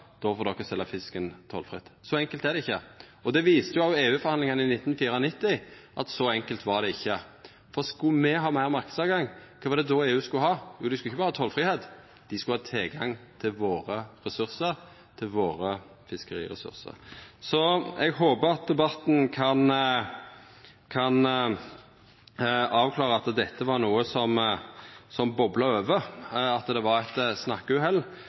då får de selja fisken tollfritt. Så enkelt er det ikkje. EU-forhandlingane i 1994 viste at så enkelt var det ikkje. For skulle me ha meir marknadstilgang, kva var det då EU skulle ha? Jo, dei skulle ikkje berre ha tollfridom, dei skulle ha tilgang til våre ressursar, til våre fiskeriressursar. Eg håper debatten kan avklara at dette var noko som bobla over, at det var eit